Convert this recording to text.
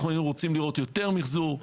אנחנו היינו רוצים לראות יותר מחזור.